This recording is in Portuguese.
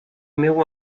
meu